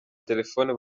telefoni